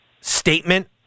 statement